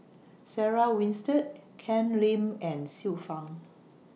Sarah Winstedt Ken Lim and Xiu Fang